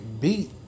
beat